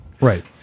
Right